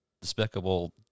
despicable